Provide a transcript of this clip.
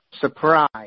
Surprise